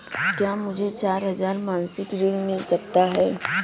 क्या मुझे चार हजार मासिक ऋण मिल सकता है?